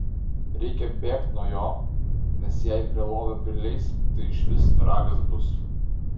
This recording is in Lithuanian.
reikia bėgt nuo jo nes jei prie lovio prileis tai išvis ragas bus